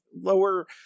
lower